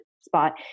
spot